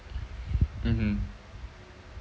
mmhmm